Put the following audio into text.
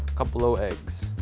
couple of eggs.